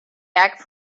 back